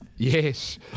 Yes